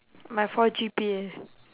my four G_P_A